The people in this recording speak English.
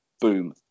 boom